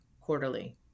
quarterly